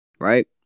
Right